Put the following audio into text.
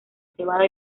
cebada